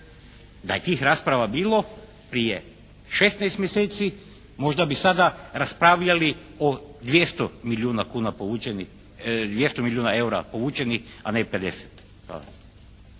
Da je tih rasprava bilo prije 16 mjeseci možda bi sada raspravljali o 200 milijuna kuna povučenih, 200